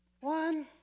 One